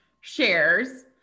shares